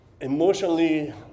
emotionally